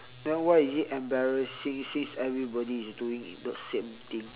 then why is it embarrassing since everybody is doing the same thing